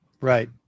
Right